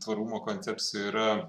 tvarumo koncepcija yra